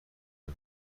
نمی